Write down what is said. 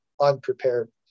unprepared